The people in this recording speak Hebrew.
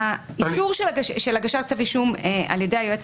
האישור של הגשת כתב אישום על ידי היועצת